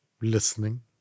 Listening